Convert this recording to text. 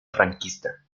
franquista